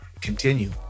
continue